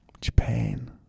Japan